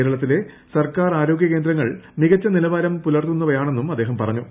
കേരളത്തിലെ സർക്കാർ ആരോഗ്യ കേന്ദ്രങ്ങൾ മികച്ച നിലവാരം പുലർത്തുന്നവയാണെന്നും അദ്ദേഹം പറഞ്ഞു